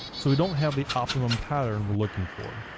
so we don't have the optimum pattern we're looking for,